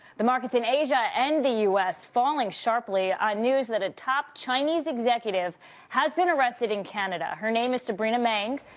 the markets in asia and the u s. falling sharply on news that a top chinese executive has been arrested in canada. her name is sabrina meng.